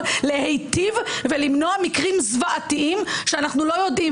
להיטיב ולמנוע מקרים זוועתיים שאנחנו לא יודעים.